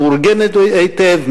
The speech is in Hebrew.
מאורגנת היטב,